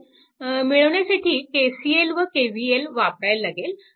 तरi१ मिळवण्यासाठी KCL व KVL वापरायला लागेल